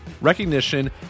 Recognition